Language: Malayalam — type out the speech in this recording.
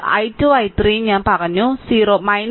i2 i3 ഉം ഞാൻ പറഞ്ഞു 0